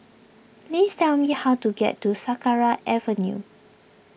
please tell me how to get to Sakra Avenue